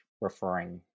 referring